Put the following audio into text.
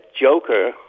Joker